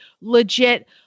legit